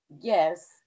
Yes